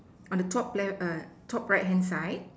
on the top left err top right hand side